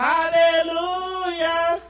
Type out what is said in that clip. Hallelujah